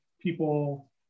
people